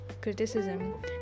criticism